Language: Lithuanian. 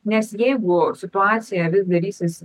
nes jeigu situacija vis darysis